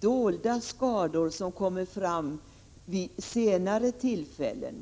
dolda skador som kommer fram vid senare tillfällen.